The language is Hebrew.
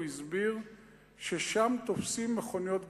הוא הסביר ששם תופסים מכוניות גנובות.